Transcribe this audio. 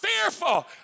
fearful